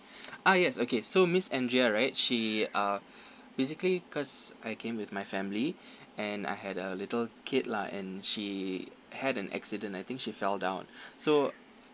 ah yes okay so miss andrea right she uh basically cause I came with my family and I had a little kid lah and she had an accident I think she fell down so